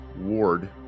Ward